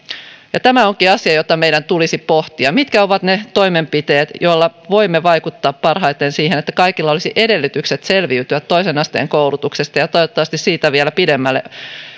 tämä onkin asia jota meidän tulisi pohtia mitkä ovat ne toimenpiteet joilla voimme vaikuttaa parhaiten siihen että kaikilla olisi edellytykset selviytyä toisen asteen koulutuksesta ja toivottavasti siitä vielä pidemmälle